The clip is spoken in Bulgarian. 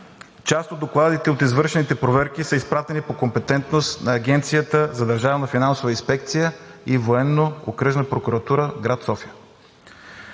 част от докладите от извършените проверки са изпратени по компетентност на Агенцията за държавна финансова инспекция и Военно-окръжна прокуратура – град София.